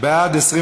חוק